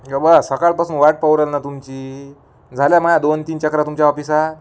हे ब्वा सकाळपासून वाट पाहून राहिलो ना तुमची झाल्या माझ्या दोनतीन चकरा तुमच्या ऑफिसात